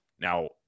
Now